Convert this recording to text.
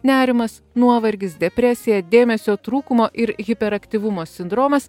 nerimas nuovargis depresija dėmesio trūkumo ir hiperaktyvumo sindromas